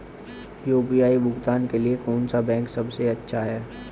UPI भुगतान के लिए कौन सा बैंक सबसे अच्छा है?